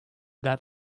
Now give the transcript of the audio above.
that